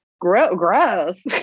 Gross